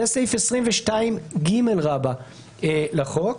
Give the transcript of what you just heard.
זה סעיף 22ג לחוק,